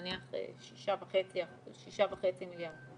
נניח 6.5 מיליארד,